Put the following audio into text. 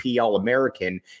All-American